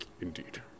Indeed